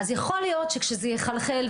אז יכול להיות שכשזה יחלחל,